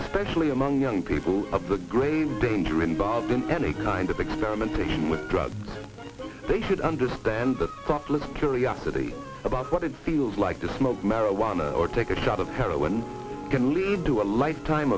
especially among young people of the great danger involved in any kind of experimentation with drugs they should understand that curiosity about what it feels like to smoke marijuana or take a shot of heroin can lead to a lifetime